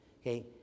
Okay